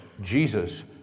Jesus